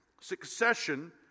succession